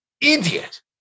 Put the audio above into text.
Idiot